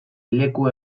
leku